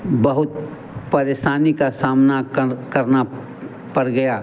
बहुत परेशानी का सामना कर करना पर गया